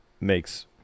makes